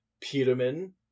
Peterman